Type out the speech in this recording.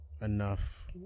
enough